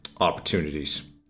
opportunities